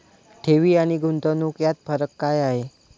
ठेवी आणि गुंतवणूक यात फरक काय आहे?